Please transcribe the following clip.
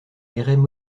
erraient